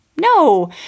No